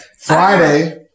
Friday